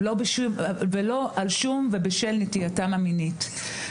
ולא על שום ובשל נטייתם המינית.